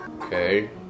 Okay